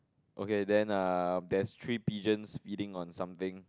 okay then err there's three pigeons feeding on something